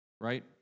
right